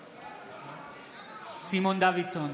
בעד סימון דוידסון,